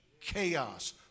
chaos